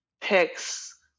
picks